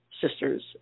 sisters